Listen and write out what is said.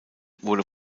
wurde